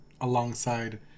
alongside